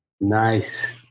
nice